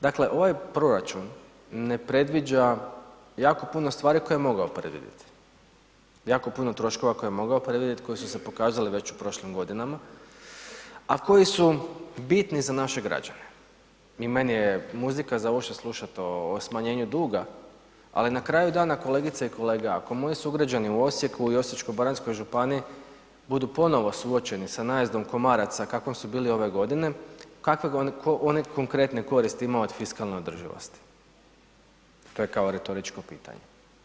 Dakle ovaj proračun ne predviđa jako puno stvari koje je mogao predvidjeti, jako puno troškova koje je mogao predvidjet, koji su se pokazali već u prošlim godinama, a koji su bitni za naše građane i meni je muzika za uopće slušat o smanjenju duga, ali na kraju dana kolegice i kolege ako moji sugrađani u Osijeku i Osječko-baranjskoj županiji budu ponovo suočeni sa najezdom komaraca kakvom su bili ove godine, kakve oni konkretne koristi imaju od fiskalne održivosti, to je kao retoričko pitanje.